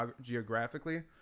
geographically